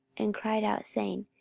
and cried out, saying,